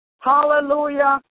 Hallelujah